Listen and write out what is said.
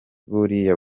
buriya